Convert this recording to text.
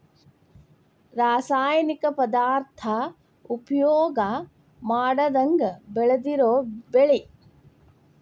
ರಾಸಾಯನಿಕ ಪದಾರ್ಥಾ ಉಪಯೋಗಾ ಮಾಡದಂಗ ಬೆಳದಿರು ಬೆಳಿ